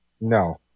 No